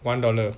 one dollar